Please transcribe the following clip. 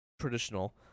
traditional